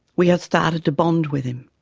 we had started to bond with him.